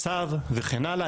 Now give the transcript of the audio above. צו וכן הלאה.